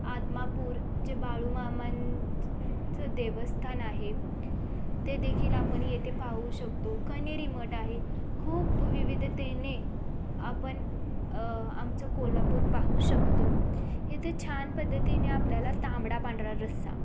आदमापूर जे बाळूमामांचं देवस्थान आहे ते देखील आपण येेते पाहू शकतो कन्हेरी मठ आहे खूप विविधतेने आपण आमचं कोल्हापूर पाहू शकतो येथे छान पद्धतीने आपल्याला तांबडा पांढरा रस्सा